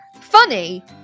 funny